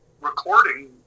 recording